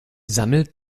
sammelt